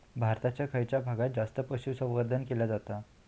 भारताच्या खयच्या भागात जास्त पशुसंवर्धन केला जाता?